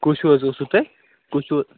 کُس ہیٛوٗ حظ اوسوٕ تۄہہِ کُس ہیٛوٗ